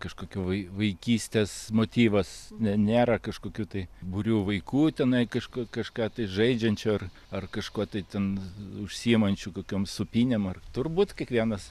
kažkokių vai vaikystės motyvas ne nėra kažkokių tai būrių vaikų tenai kažk kažką tai žaidžiančių ar ar kažko tai ten užsiimančių kokiom supynėm ar turbūt kiekvienas